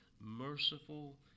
Merciful